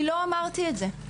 אני לא אמרתי את זה.